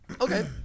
Okay